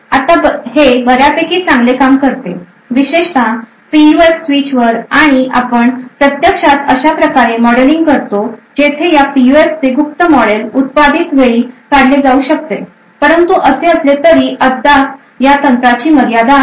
आता हे बर्यापैकी चांगले काम करते विशेषत पीयूएफ स्विचवर आणि आपण प्रत्यक्षात अशा प्रकारे मॉडेलिंग करतो जेथे या पीयूएफचे गुप्त मॉडेल उत्पादित वेळी काढले जाऊ शकते परंतु असे असले तरी अद्याप या तंत्राची मर्यादा आहे